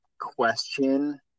question